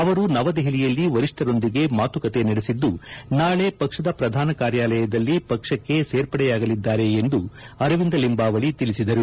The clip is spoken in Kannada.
ಅವರು ನವದೆಹಲಿಯಲ್ಲಿ ವರಿಷ್ಠಕೊಂದಿಗೆ ಮಾತುಕತೆ ನಡೆಸಿದ್ದು ನಾಳೆ ಪಕ್ಷದ ಪ್ರಧಾನ ಕಾರ್ಯಾಲಯದಲ್ಲಿ ಪಕ್ಷಕ್ಕೆ ಸೇರ್ಪಡೆಯಾಗಲಿದ್ದಾರೆ ಎಂದು ಅರವಿಂದ್ ಲಿಂಬಾವಳಿ ತಿಳಿಸಿದರು